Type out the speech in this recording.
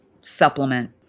supplement